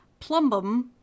plumbum